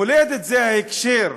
מולדת זה ההקשר,